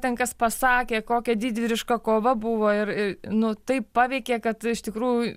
ten kas pasakė kokia didvyriška kova buvo ir nu taip paveikė kad iš tikrųjų